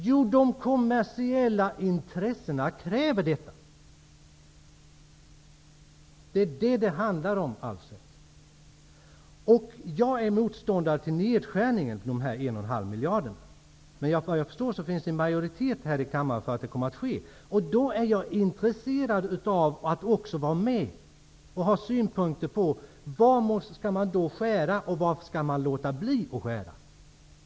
Jo, de kommersiella intressena kräver detta, Alf Jag är motståndare till denna nedskärning på 1,5 miljarder kronor. Men jag förstår att det finns en majoritet i kammaren för att det skall ske. Då är jag intresserad av att få vara med och ha synpunkter på var man skall skära och var man skall låta bli att skära.